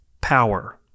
power